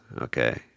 okay